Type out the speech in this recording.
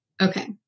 Okay